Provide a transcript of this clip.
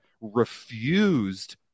refused